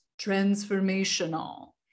transformational